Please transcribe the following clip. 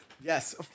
Yes